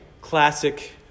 classic